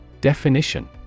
Definition